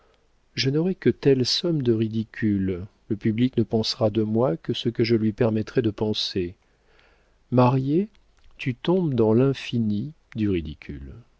je n'aurai que telle somme de ridicule le public ne pensera de moi que ce que je lui permettrai de penser marié tu tombes dans l'infini du ridicule